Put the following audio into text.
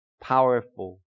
powerful